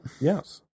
Yes